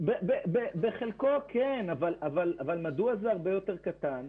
בחלקו כן, אבל מדוע זה יותר קטן?